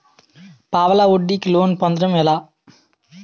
పావలా వడ్డీ కి లోన్ పొందటం ఎలా?